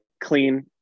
clean